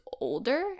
older